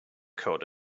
coat